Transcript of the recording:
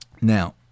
Now